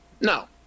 no